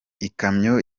ikamyo